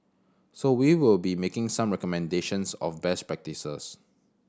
so we will be making some recommendations of best practices